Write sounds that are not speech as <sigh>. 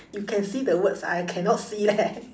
you can see the words I cannot see leh <laughs>